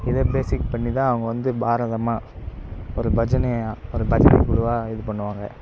இதை பேசிக் பண்ணிதான் அவங்க வந்து பாரதமாக ஒரு பஜனையாக ஒரு பஜனைக் குழுவாக இது பண்ணுவாங்க